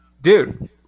dude